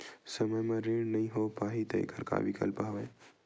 समय म ऋण नइ हो पाहि त एखर का विकल्प हवय?